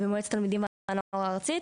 במועצת תלמידים והנוער הארצית